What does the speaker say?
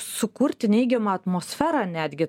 sukurti neigiamą atmosferą netgi